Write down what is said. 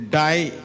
die